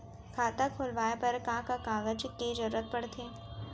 खाता खोलवाये बर का का कागज के जरूरत पड़थे?